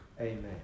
amen